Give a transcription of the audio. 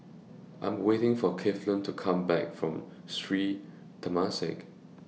I Am waiting For Cleveland to Come Back from Sri Temasek